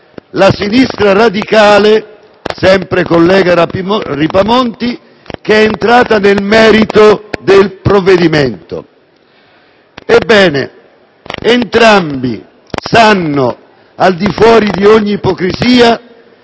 la sinistra radicale, mi rivolgo sempre al collega Ripamonti, che è entrata nel merito del provvedimento. Entrambi sanno, al di fuori di ogni ipocrisia,